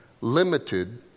limited